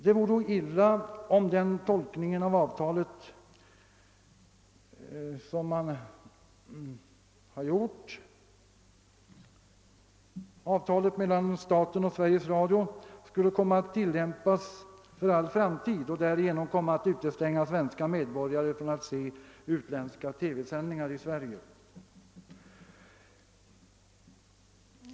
Det vore illa, om den tolkning som skett av avtalet mellan staten och Sveriges Radio skulle komma att tillämpas för all framtid och därigenom utestänga svenska medborgare från att se utländska TV-sändningar i Sverige.